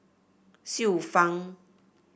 Xiu Fang